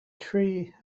tree